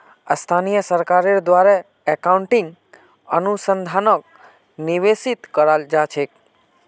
स्थानीय सरकारेर द्वारे अकाउन्टिंग अनुसंधानक निर्देशित कराल जा छेक